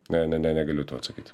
ne ne ne negaliu to atsakyt